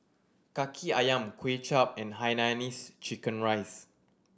Kaki Ayam Kuay Chap and hainanese chicken rice